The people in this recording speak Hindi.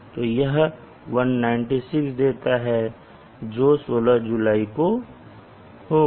तो यह 196 देता है जो 16 जुलाई को होगा